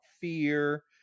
fear